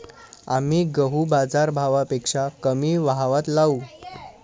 आम्ही गहू बाजारभावापेक्षा कमी भावात लावू